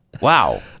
Wow